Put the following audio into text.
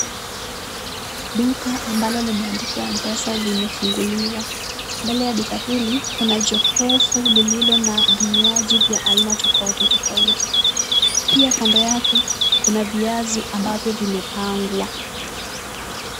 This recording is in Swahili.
Duka ambalo limeandikwa M-Pesa limefunguliwa. Mbele ya duka hili kuna jokofu lililo na vinywaji vya aina tofauti tofauti. Pia kando yake kuna viazi ambavyo vimepangwa.